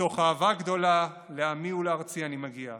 מתוך אהבה גדולה לעמי ולארצי אני מגיע,